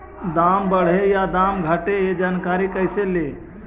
दाम बढ़े या दाम घटे ए जानकारी कैसे ले?